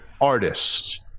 artists